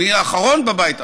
אני האחרון בבית,